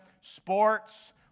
sports